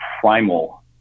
primal